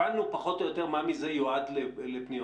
הבנו פחות או יותר מה מזה יועד לפנימיות.